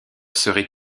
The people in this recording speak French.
serait